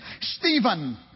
Stephen